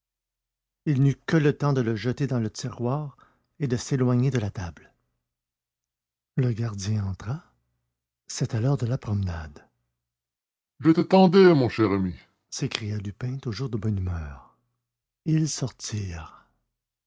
il n'eut que le temps de le jeter dans le tiroir et de s'éloigner de la table le gardien entra c'était l'heure de la promenade je vous attendais mon cher ami s'écria lupin toujours de bonne humeur ils sortirent